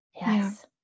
Yes